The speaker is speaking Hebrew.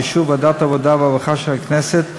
באישור ועדת העבודה והרווחה של הכנסת,